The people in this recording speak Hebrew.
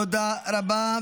תודה רבה.